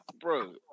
bro